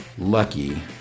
Lucky